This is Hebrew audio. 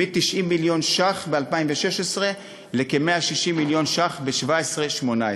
מ-90 מיליון שקלים ב-2016 לכ-160 מיליון שקלים ב-2018-2017.